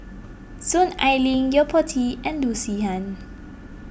Soon Ai Ling Yo Po Tee and Loo Zihan